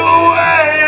away